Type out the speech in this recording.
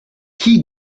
qui